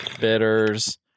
bitters